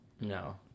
No